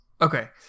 Okay